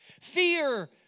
fear